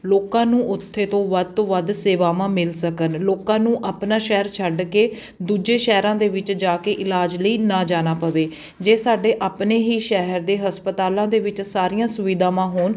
ਲੋਕਾਂ ਨੂੰ ਉੱਥੇ ਤੋਂ ਵੱਧ ਤੋਂ ਵੱਧ ਸੇਵਾਵਾਂ ਮਿਲ ਸਕਣ ਲੋਕਾਂ ਨੂੰ ਆਪਣਾ ਸ਼ਹਿਰ ਛੱਡ ਕੇ ਦੂਜੇ ਸ਼ਹਿਰਾਂ ਦੇ ਵਿੱਚ ਜਾ ਕੇ ਇਲਾਜ ਲਈ ਨਾ ਜਾਣਾ ਪਵੇ ਜੇ ਸਾਡੇ ਆਪਣੇ ਹੀ ਸ਼ਹਿਰ ਦੇ ਹਸਪਤਾਲਾਂ ਦੇ ਵਿੱਚ ਸਾਰੀਆਂ ਸੁਵਿਧਾਵਾਂ ਹੋਣ